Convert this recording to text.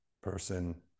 person